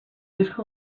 disco